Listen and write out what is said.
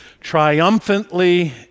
triumphantly